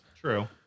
True